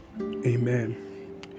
Amen